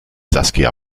saskia